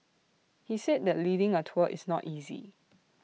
he said that leading A tour is not easy